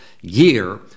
year